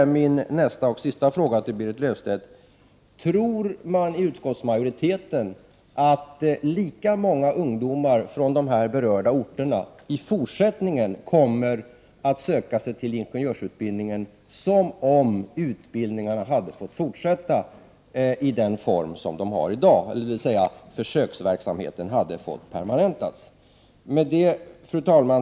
Min nästa och sista fråga till Berit Löfstedt blir därför: Tror utskottsmajoriteten att lika många ungdomar från de berörda orterna i fortsättningen kommer att söka sig till ingenjörsutbildning som om utbildningarna hade fått fortsätta i den form som de har i dag, dvs. om försöksverksamheten hade permanentats? Fru talman!